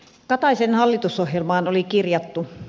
kataisen hallitusohjelmaan oli kirjattu